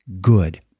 good